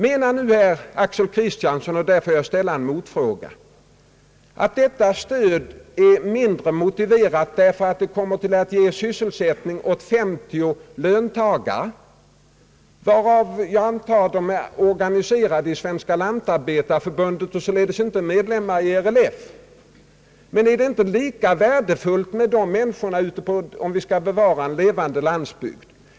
Menar nu herr Axel Kristiansson — här får jag ställa en motfråga att ifrågavarande stöd är mindre motiverat därför att det kommer att ge sysselsättning åt 50 löntagare, vilka jag antar är organiserade i Svenska lantarbetarförbundet och således inte medlemmar i RLF? Men är inte dessa människor lika värdefulla, om vi skall bevara en levande landsbygd?